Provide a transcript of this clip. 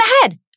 ahead